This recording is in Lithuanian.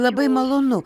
labai malonu